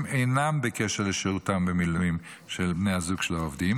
אינם בקשר לשירותם במילואים של בני הזוג של העובדים